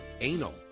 anal